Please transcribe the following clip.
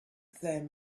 them